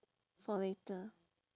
for later